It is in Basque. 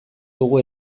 dugu